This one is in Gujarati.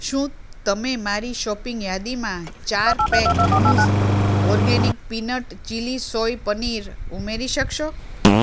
શું તમે મારી શોપિંગ યાદીમાં ચાર પેક મૂઝ organic peanut chilli soy paneer ઉમેરી શકશો